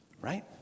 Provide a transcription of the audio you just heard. Right